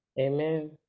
Amen